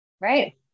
Right